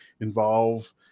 involve